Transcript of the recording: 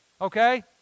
okay